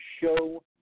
show